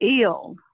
ill